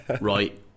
Right